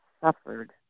suffered